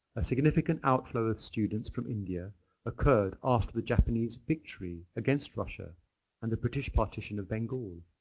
a significant outflow of students from india occurred after the japanese victory against russia and the british partition of bengal.